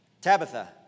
Tabitha